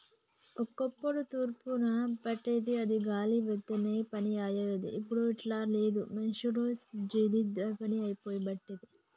ఒక్కప్పుడు తూర్పార బట్టేది అది గాలి వత్తనే పని అయ్యేది, ఇప్పుడు అట్లా లేదు మిషిండ్లొచ్చి జల్దీ పని అయిపోబట్టే